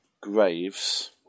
Graves